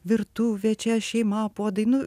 virtuvė čia šeima podai nu